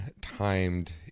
timed